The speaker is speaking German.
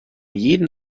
jeden